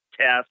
test